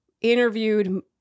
interviewed